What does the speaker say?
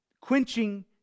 quenching